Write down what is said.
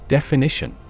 Definition